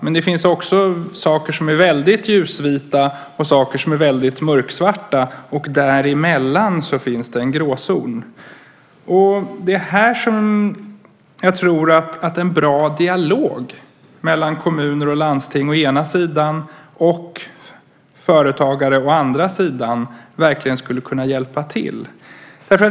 Men det finns också saker som är väldigt ljusvita och saker som är väldigt mörksvarta, och däremellan finns det en gråzon. Det är här som en bra dialog mellan kommuner och landsting å ena sidan och företagare å andra sidan verkligen skulle kunna hjälpa till.